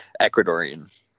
Ecuadorian